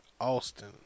Austin